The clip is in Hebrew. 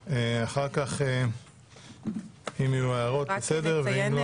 ההחלטות ואחר כך נשמע הערות, אם תהיינה.